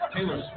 Taylor